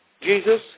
Jesus